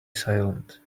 silent